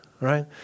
right